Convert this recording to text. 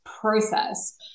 process